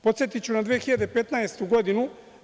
Podsetiću na 2015. godinu.